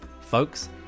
Folks